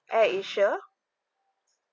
AirAsia